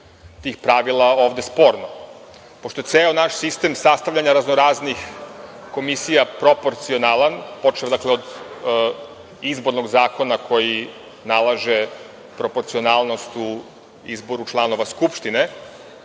tih pravila ovde sporno. Pošto je ceo naš sistem sastavljanja raznoraznih komisija proporcionalan, počev od izbornog zakona koji nalaže proporcionalnost u izboru članova Skupštine,